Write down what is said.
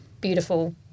beautiful